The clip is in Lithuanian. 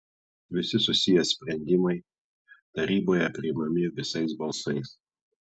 visi susiję sprendimai taryboje priimami visais balsais